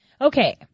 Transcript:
Okay